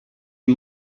you